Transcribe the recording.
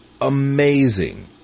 amazing